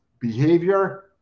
behavior